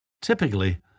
Typically